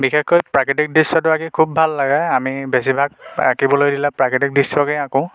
বিশেষকৈ প্ৰাকৃতিক দৃশ্যটো আঁকি খুব ভাল লাগে আমি বেছি ভাগ আঁকিবলৈ দিলে প্ৰাকৃতিক দৃশ্যকেই আঁকো